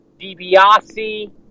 DiBiase